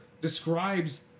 describes